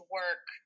work